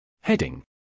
Heading